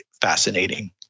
fascinating